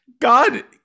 God